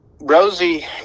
Rosie